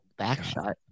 backshot